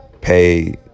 pay